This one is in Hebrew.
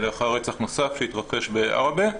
לאחר רצח נוסף שהתרחש בעארבה.